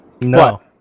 No